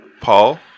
Paul